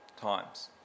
times